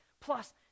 Plus